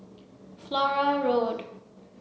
Flora Road